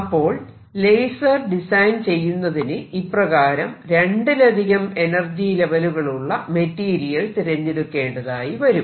അപ്പോൾ laser design ചെയ്യുന്നതിന് ഇപ്രകാരം രണ്ടിലധികം എനർജി ലെവലുകളുള്ള മെറ്റീരിയൽ തിരഞ്ഞെടുക്കേണ്ടതായി വരും